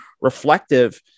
reflective